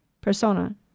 Persona